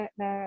na